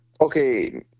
Okay